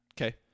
Okay